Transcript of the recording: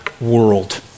world